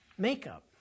Makeup